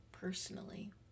personally